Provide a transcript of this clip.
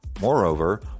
Moreover